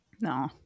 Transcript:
No